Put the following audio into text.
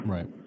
Right